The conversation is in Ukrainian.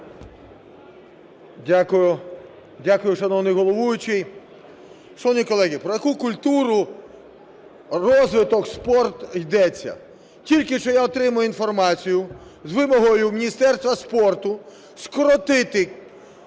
Дякую, шановний головуючий. Шановні колеги, про яку культуру, розвиток, спорт ідеться? Тільки що я отримую інформацію з вимогою Міністерства спорту скоротити